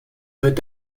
wird